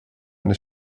eine